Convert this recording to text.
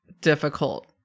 difficult